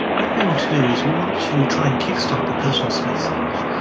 what we want to do is we want to try and kick-start the personal space age,